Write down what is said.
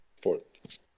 fourth